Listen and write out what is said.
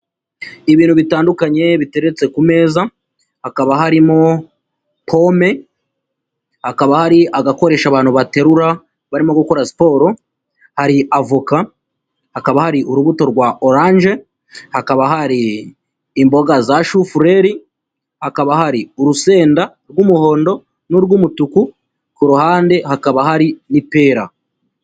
Ibintu bitandukanye biteretse ku meza, hakaba harimo pome, hakaba hari agakoresha abantu baterura barimo gukora siporo, hari avoka, hakaba hari urubuto rwa orange, hakaba hari imboga za shufureri, hakaba hari urusenda rw'umuhondo n'urw'umutuku ku ruhande, hakaba hari n'ipera.